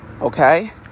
okay